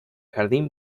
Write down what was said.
jardín